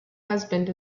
husband